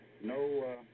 No